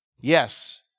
Yes